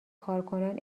کارکنان